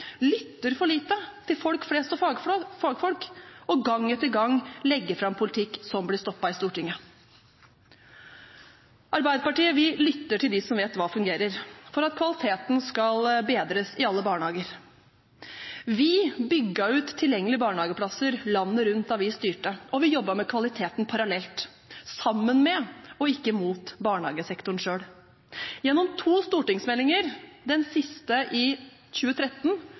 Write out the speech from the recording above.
lytter for lite til folk flest og fagfolk og gang etter gang legger fram politikk som blir stoppet i Stortinget? Arbeiderpartiet lytter til dem som vet hva som fungerer for at kvaliteten skal bedres i alle barnehager. Vi bygde ut tilgjengelige barnehageplasser landet rundt da vi styrte, og vi jobbet med kvaliteten parallelt – sammen med og ikke mot barnehagesektoren selv. Gjennom to stortingsmeldinger, den siste i 2013,